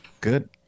good